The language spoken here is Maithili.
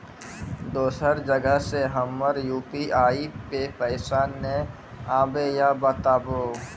दोसर जगह से हमर यु.पी.आई पे पैसा नैय आबे या बताबू?